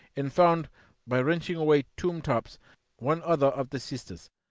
and found by wrenching away tomb-tops one other of the sisters,